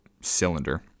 cylinder